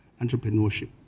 entrepreneurship